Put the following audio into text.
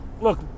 look